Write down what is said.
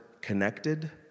connected